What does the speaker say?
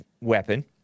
weapon